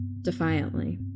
defiantly